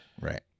Right